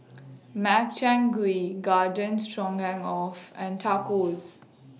Makchang Gui Garden Stroganoff and Tacos